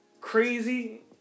crazy